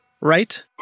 right